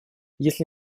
если